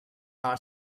are